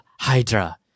hydra